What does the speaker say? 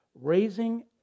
raising